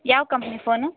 ಯಾವ company phone